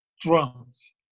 drums